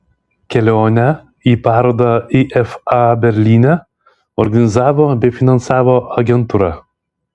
kelionę į parodą ifa berlyne organizavo bei finansavo agentūra